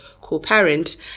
co-parent